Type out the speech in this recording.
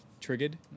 triggered